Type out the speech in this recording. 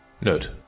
Note